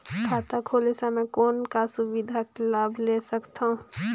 खाता खोले समय कौन का सुविधा के लाभ ले सकथव?